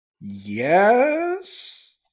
Yes